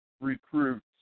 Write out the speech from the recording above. recruits